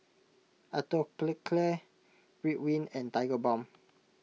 Atopiclair Ridwind and Tigerbalm